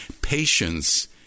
Patience